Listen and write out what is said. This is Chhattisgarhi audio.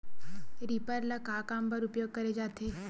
रीपर ल का काम बर उपयोग करे जाथे?